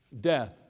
death